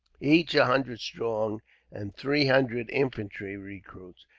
each a hundred strong and three hundred infantry recruits.